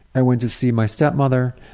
i went to see my stepmother,